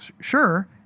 sure